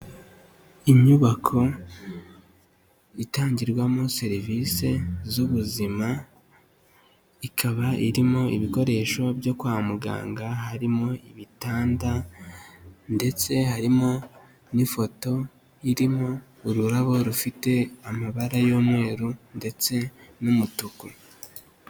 Inyubako itangirwamo serivisi z'ubuzima, ikaba irimo ibikoresho byo kwa muganga harimo ibitanda ndetse harimo n'ifoto irimo ururabo rufite amabara y'umweru ndetse n'umutuku.